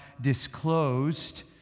disclosed